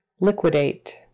Liquidate